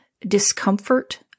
discomfort